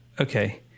Okay